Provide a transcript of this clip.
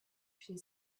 she